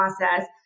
process